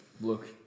Look